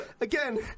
Again